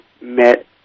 met